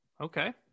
okay